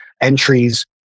entries